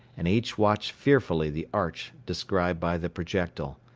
and each watched fearfully the arch described by the projectile.